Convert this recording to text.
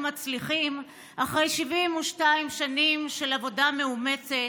מצליחים אחרי 72 שנים של עבודה מאומצת